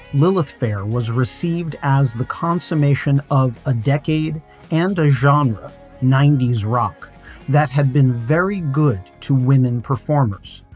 lilith fair was received as the consummation of a decade and a genre ninety s rock that had been very good to women performers,